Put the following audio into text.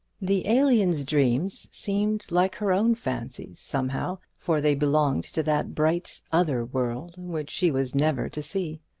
the alien's dreams seemed like her own fancies, somehow for they belonged to that bright other world which she was never to see.